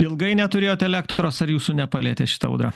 ilgai neturėjot elektros ar jūsų nepalietė šita audra